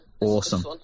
Awesome